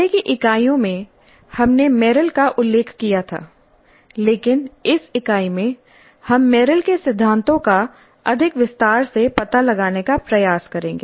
पहले की इकाइयों में हमने मेरिल का उल्लेख किया था लेकिन इस इकाई में हम मेरिल के सिद्धांतों का अधिक विस्तार से पता लगाने का प्रयास करेंगे